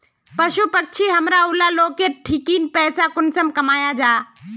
पशु पक्षी हमरा ऊला लोकेर ठिकिन पैसा कुंसम कमाया जा?